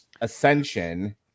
Ascension